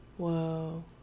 Whoa